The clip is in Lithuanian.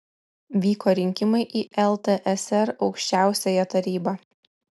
vyko rinkimai į ltsr aukščiausiąją tarybą